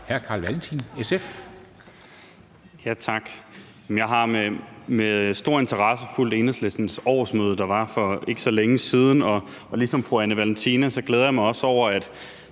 14:58 Carl Valentin (SF) : Tak. Jeg har med stor interesse fulgt Enhedslistens årsmøde, der var for ikke så længe siden, og ligesom fru Anne Valentina Berthelsen glæder jeg mig også over, at